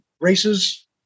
races